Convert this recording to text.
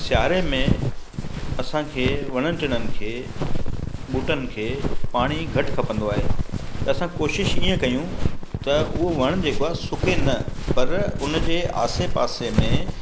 सिआरे में असांखे वणन टिणन खे ॿूटनि खे पाणी घटि खपंदो आहे त असां कोशिश ईअं कयूं त उहो वण जेको आहे सुके न पर उनजे आसे पासे में